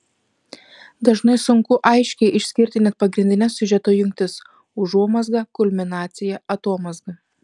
dažnai sunku aiškiai išskirti net pagrindines siužeto jungtis užuomazgą kulminaciją atomazgą